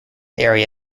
area